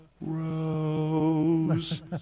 rose